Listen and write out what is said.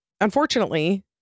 unfortunately